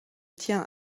tiens